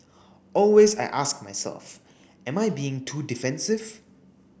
always I ask myself am I being too defensive